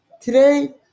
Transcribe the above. Today